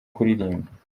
kuririmba